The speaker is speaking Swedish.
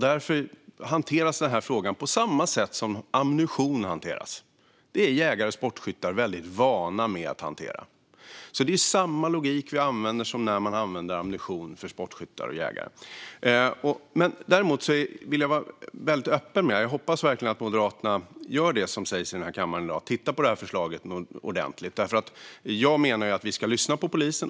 Därför hanteras denna fråga på samma sätt som ammunition hanteras. Jägare och sportskyttar är väldigt vana vid att hantera det. Vi använder alltså samma logik som när det gäller ammunition för sportskyttar och jägare. Däremot vill jag vara väldigt öppen med att jag verkligen hoppas att Moderaterna gör det som sägs i kammaren i dag: tittar ordentligt på förslaget. Jag menar att vi ska lyssna på polisen.